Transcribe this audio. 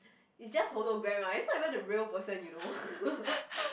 it's just hologram ah it's not even the real person you know